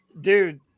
dude